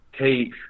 take